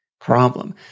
problem